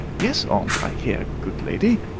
yes, aunt i hear, good lady!